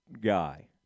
guy